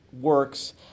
works